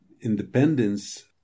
Independence